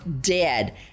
dead